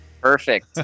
Perfect